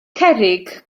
cerrig